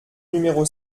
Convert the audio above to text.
numéro